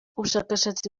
ubushakashatsi